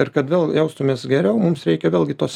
ir kad vėl jaustumės geriau mums reikia vėlgi tos